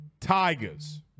Tigers